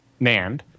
NAND